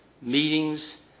meetings